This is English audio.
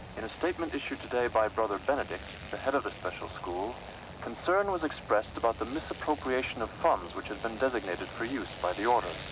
in a statement issued today by brother benedict, the head of the special school, the concern was expressed about the misappropriation of funds, which had been designated for use by the order.